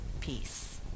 peace